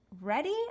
ready